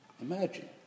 Imagine